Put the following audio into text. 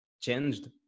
changed